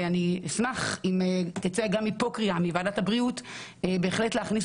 אני אשמח אם תצא גם מפה בוועדת הבריאות קריאה להכניס